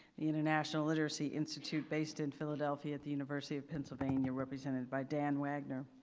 the international literacy institute based in philadelphia at the university of pennsylvania represented by dan wagner.